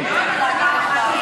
פעם אחת.